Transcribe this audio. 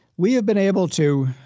we have been able to